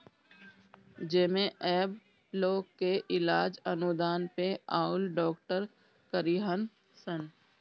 जेमे अब लोग के इलाज अनुदान पे आइल डॉक्टर करीहन सन